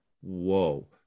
whoa